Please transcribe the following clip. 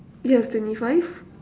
you have twenty five